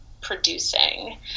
producing